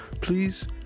Please